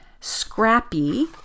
scrappy